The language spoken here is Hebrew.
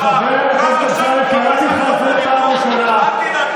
מה אתה רוצה ממנו?